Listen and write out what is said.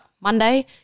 Monday